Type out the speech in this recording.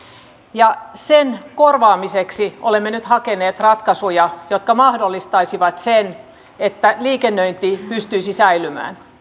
ja sen korvaamiseksi olemme nyt hakeneet ratkaisuja jotka mahdollistaisivat sen että liikennöinti pystyisi säilymään